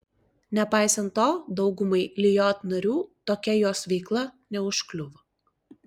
nepaisant to daugumai lijot narių tokia jos veikla neužkliuvo